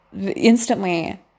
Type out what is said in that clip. instantly